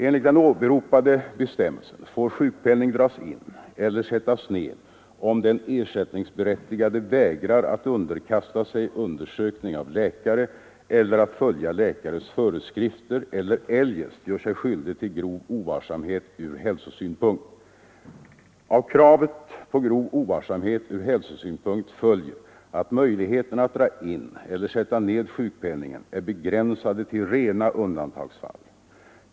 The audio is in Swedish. Enligt den åberopade bestämmelsen får sjukpenning dras in eller sättas ned om den ersättningsberättigade vägrar att underkasta sig undersökning av läkare eller att följa läkares föreskrifter eller eljest gör sig skyldig till Nr 76 hälsosynpunkt följer att möjligheterna att dra in eller sätta ned 9 maj 1974 sjukpenningen är begränsade till rena undantagsfall.